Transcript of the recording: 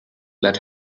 let